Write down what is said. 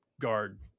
guard